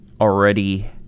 already